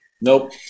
Nope